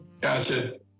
Gotcha